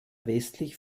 westlich